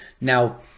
Now